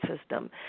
system